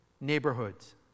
neighborhoods